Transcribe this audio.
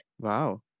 Wow